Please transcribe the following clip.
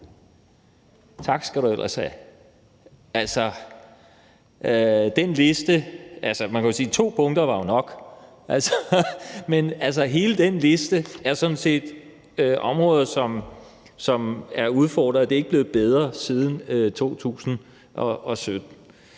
Tak skal du ellers have! Altså, man kan jo sige, at to punkter var nok, men hele den liste er sådan set områder, som er udfordrede, og det er ikke blevet bedre siden 2017.